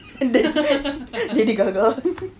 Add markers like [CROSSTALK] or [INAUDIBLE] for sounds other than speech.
[LAUGHS] that's lady gaga